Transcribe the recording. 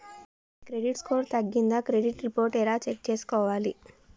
మీ credit score తగ్గిందా credit report ఎలా check చేసుకోవాలి?